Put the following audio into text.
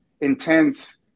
intense